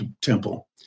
Temple